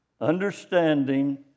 Understanding